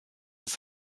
ist